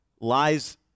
lies